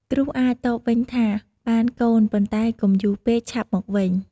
គ្រូអាចតបវិញថា បានកូន ប៉ុន្តែកុំយូរពេក ឆាប់មកវិញ។